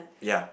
yea